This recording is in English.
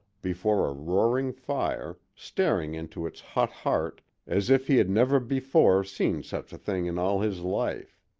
before a roaring fire, staring into its hot heart as if he had never before seen such a thing in all his life.